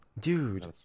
dude